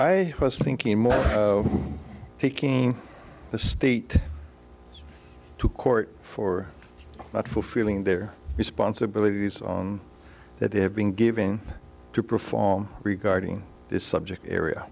i was thinking more taking the state to court for not fulfilling their responsibilities that they have been given to perform regarding this subject area